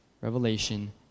Revelation